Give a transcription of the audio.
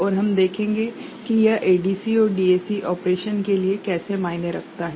और हम देखेंगे कि यह ADC और DAC ऑपरेशन के लिए कैसे मायने रखता है